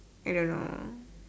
I don't know